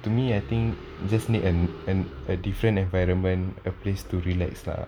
to me I think you just need and and a different environment a place to relax lah